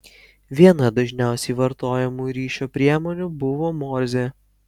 viena dažniausiai vartojamų ryšio priemonių buvo morzė